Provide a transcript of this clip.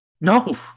No